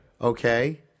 Okay